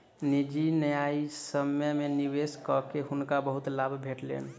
निजी न्यायसम्य में निवेश कअ के हुनका बहुत लाभ भेटलैन